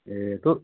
A tour